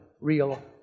real